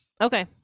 Okay